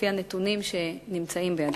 לפי הנתונים שבידינו,